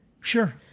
Sure